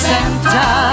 Santa